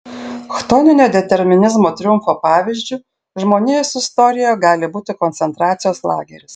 chtoninio determinizmo triumfo pavyzdžiu žmonijos istorijoje gali būti koncentracijos lageris